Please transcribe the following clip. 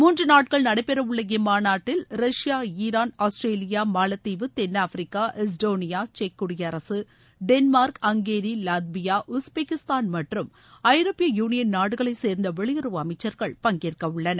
முன்று நாட்கள் நடைபெறவுள்ள இம்மாநாட்டில் ரஷ்யா ஈரான் ஆஸ்திரேலியா மாலத்தீவு தெள் ஆப்பிரிக்கா எஸ்டோனியா செக் குடியரக டென்மார்க் ஹங்கேரி வாத்பியா உஸ்பெகிஸ்தான் மற்றும் ஐரோப்பிய யூனிய நாடுகளை சேர்ந்த வெளியுறவு அமைச்சர்கள் பங்கேற்க உள்ளனர்